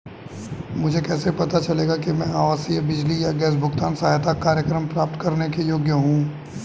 मुझे कैसे पता चलेगा कि मैं आवासीय बिजली या गैस भुगतान सहायता कार्यक्रम प्राप्त करने के योग्य हूँ?